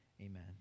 Amen